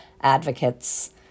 advocates